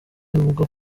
bwo